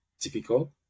difficult